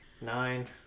nine